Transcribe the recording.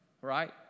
Right